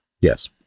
Yes